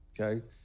okay